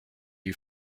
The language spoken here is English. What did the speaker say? you